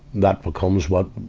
that becomes what,